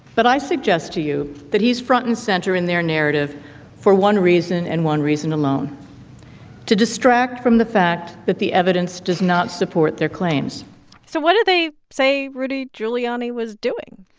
but i suggest to you that he's front and center in their narrative for one reason and one reason alone to distract from the fact that the evidence does not support their claims so what do they say rudy giuliani was doing?